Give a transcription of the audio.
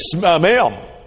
ma'am